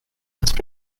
past